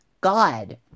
God